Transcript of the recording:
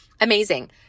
Amazing